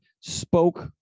spoke